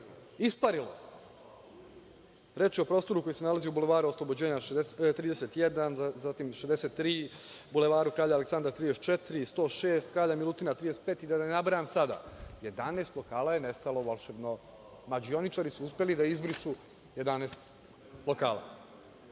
isparili. Reč je o prostoru koji se nalazi u Bulevaru oslobođenja 31, 63, Bulevaru kralja Aleksandra 34. i 106, Kralja Milutina 35. i da ne nabrajam sada. Jedanaest lokala je nestalo u volšebno. Mađioničari su uspeli da izbrišu 11 lokala. Ja